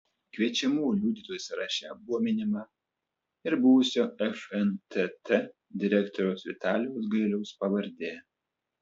kviečiamų liudytojų sąraše buvo minima ir buvusio fntt direktoriaus vitalijaus gailiaus pavardė